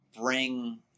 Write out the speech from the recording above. bring